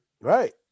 Right